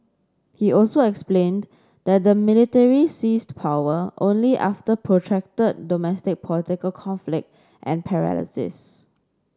he also explained that the military seized power only after protracted domestic political conflict and paralysis